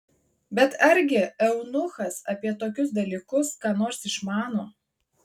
bet argi eunuchas apie tokius dalykus ką nors išmano